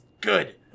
Good